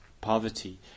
poverty